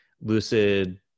lucid